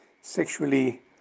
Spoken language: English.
sexually